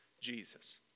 Jesus